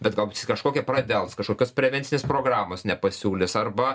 bet galbūt jis kažkokią pradels kažkokios prevencinės programos nepasiūlys arba